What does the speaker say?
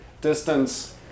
distance